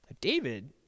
David